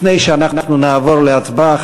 לפני שאנחנו נעבור להצבעה,